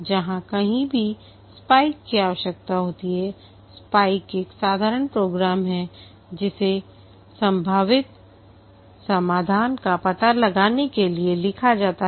जहां कहीं भी स्पाइक की आवश्यकता होती है स्पाइक एक साधारण प्रोग्राम है जिसे संभावित समाधान का पता लगाने के लिए लिखा जाता है